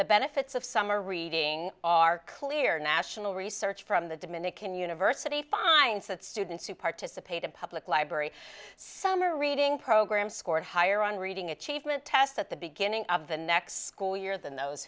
the benefits of summer reading are clear national research from the dominican university finds that students who participate in public library summer reading program scored higher on reading achievement test at the beginning of the next school year than those